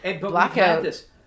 blackout